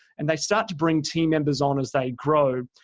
and they start to bring team members on as they grow.